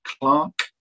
Clark